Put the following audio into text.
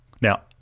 Now